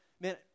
Man